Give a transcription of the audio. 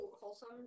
wholesome